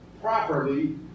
properly